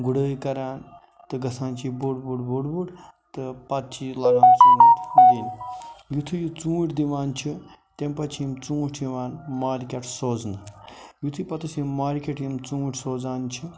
گُڑٲے کَران تہٕ گَژھان چھُ یہِ بوٚڑ بوٚڑ بوٚڑ بوٚڑ تہٕ پتہٕ چھُ یہِ لاگان ژوٗںٹھۍ دِنۍ یُتھٕے یہِ ژوٗنٹھۍ دِوان چھُ تمہِ پتہٕ چھِ یِم ژوٗنٹھۍ چھِ یِوان مارکیٹ سوزنہٕ یُتھٕے پوٚتُس یِم مارکیٹ یِم ژوٗنٹھۍ سوزان چھِ